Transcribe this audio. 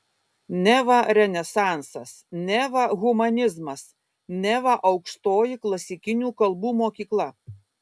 neva renesansas neva humanizmas neva aukštoji klasikinių kalbų mokykla